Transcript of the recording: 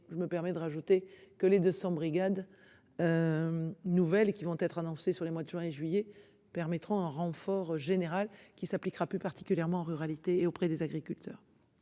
je me permets de rajouter que les 200 brigades. Nouvelle et qui vont être annoncés sur les mois de juin et juillet permettront en renfort générale qui s'appliquera plus particulièrement ruralité auprès des agriculteurs.